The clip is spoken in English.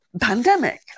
pandemic